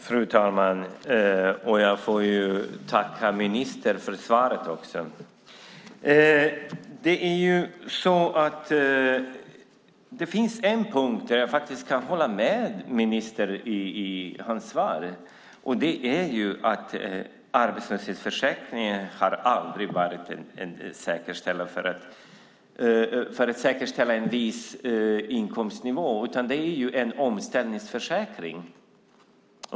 Fru talman! Tack, herr minister, för svaret! Det finns en punkt där jag faktiskt kan hålla med ministern i hans svar. Det är att arbetslöshetsförsäkringen aldrig har varit till för att säkerställa en viss inkomstnivå, utan det är en omställningsförsäkring.